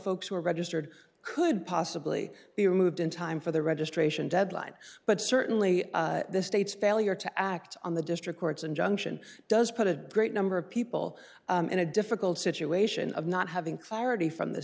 folks who are registered could possibly be removed in time for the registration deadline but certainly the states failure to act on the district courts and junction does put a great number of people in a difficult situation of not having clarity from the